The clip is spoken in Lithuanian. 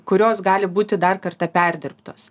kurios gali būti dar kartą perdirbtos